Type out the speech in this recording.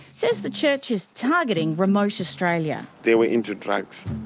says the church is targeting remote australia. they were into drugs,